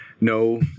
no